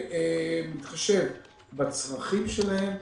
שמתחשב בצרכים שלהם,